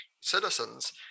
citizens